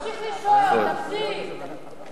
תמשיך לישון, תמשיך.